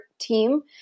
team